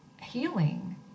healing